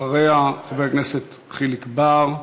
אחריה, חבר הכנסת חיליק בר,